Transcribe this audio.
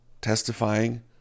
testifying